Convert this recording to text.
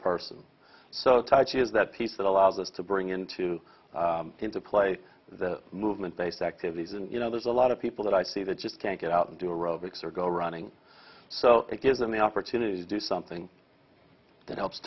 person so touchy is that piece that allows us to bring into play the movement based activities and you know there's a lot of people that i see that just can't get out and do aerobics or go running so it gives them the opportunity to do something that helps